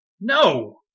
No